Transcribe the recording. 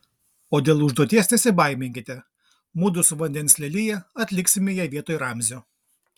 o dėl užduoties nesibaiminkite mudu su vandens lelija atliksime ją vietoj ramzio